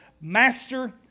master